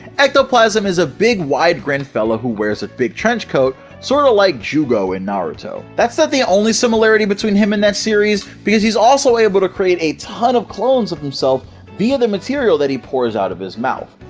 ectoplasm is a big wide grinned fellow who wears a big trenchcoat sorta like juugo in naruto. that's not the only similarity between him and that series, because he's also able to create a ton of clones of himself via a material that he pours out of his mouth.